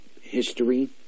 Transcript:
history